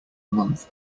month